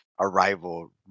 arrival